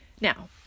Now